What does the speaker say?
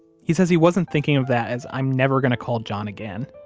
he says he wasn't thinking of that as i'm never going to call john again.